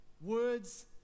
Words